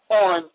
on